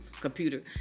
computer